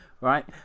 Right